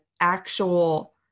actual